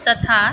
तथा